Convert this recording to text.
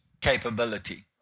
capability